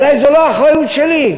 אולי זו לא אחריות שלי.